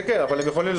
כן, אבל הם יכולים לבוא.